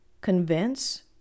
Convince